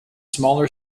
smaller